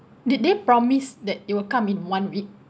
did they promise that it will come in one week